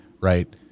right